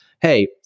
hey